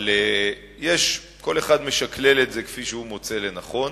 אבל כל אחד משקלל את זה כפי שהוא מוצא לנכון.